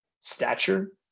stature